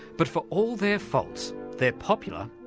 but for all their faults, they're popular,